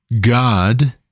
God